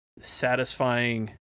satisfying